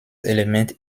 element